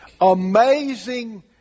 Amazing